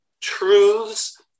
truths